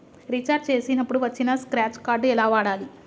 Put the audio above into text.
Recharge చేసినప్పుడు వచ్చిన scratch card ఎలా వాడాలి?